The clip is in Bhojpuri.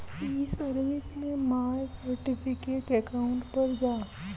ई सर्विस में माय सर्टिफिकेट अकाउंट पर जा